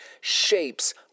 shapes